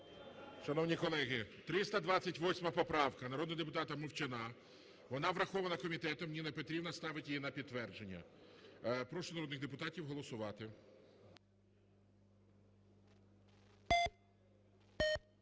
Шановні колеги, 328 поправка народного депутата Мовчана. Вона врахована комітетом. Ніна Петрівна ставить її на підтвердження. Прошу народних депутатів голосувати.